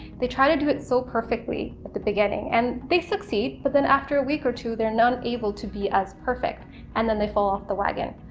they try to do it so perfectly at the beginning, and succeed, but then after a week or two they're not able to be as perfect and then they fall off the wagon.